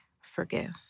forgive